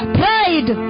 pride